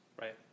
Right